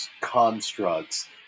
constructs